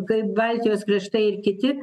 kaip baltijos kraštai ir kiti